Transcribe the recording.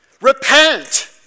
Repent